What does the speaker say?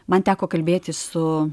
man teko kalbėtis su